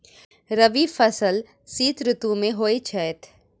रबी फसल शीत ऋतु मे होए छैथ?